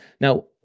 Now